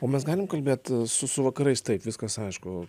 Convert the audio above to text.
o mes galim kalbėt su su vakarais taip viskas aišku